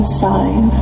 sign